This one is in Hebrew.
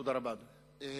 תודה רבה, אדוני.